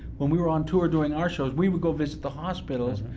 when we were on tour doing our shows, we would go visit the hospitals,